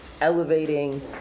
elevating